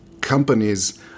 companies